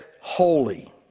holy